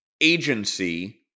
agency